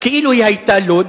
כאילו היא היתה לוד,